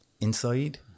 inside